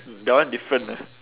that one different lah